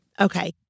Okay